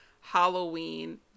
Halloween